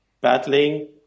battling